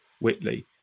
Whitley